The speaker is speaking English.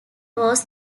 was